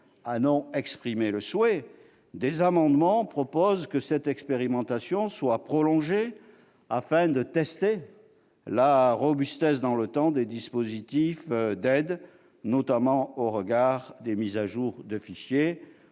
en ont exprimé le souhait, des amendements visent à faire en sorte que cette expérimentation soit prolongée, afin de tester la robustesse dans le temps des dispositifs d'aide, notamment au regard des mises à jour de fichiers.